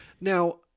Now